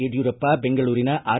ಯಡ್ಗೂರಪ್ಪ ಬೆಂಗಳೂರಿನ ಆರ್